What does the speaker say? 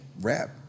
rap